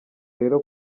rero